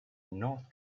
north